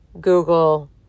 Google